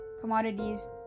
commodities